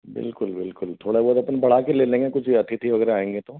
बिल्कुल बिल्कुल थोड़ा बहुत अपन बढ़ा के ले लेंगे कुछ अतिथि वग़ैरह आएँगे तो